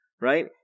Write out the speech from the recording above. right